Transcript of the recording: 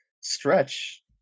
stretch